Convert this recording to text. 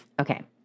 Okay